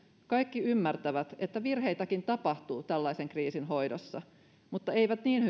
kaikki ymmärtävät että virheitäkin tapahtuu tällaisen kriisin hoidossa mutta eivät niin